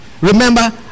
Remember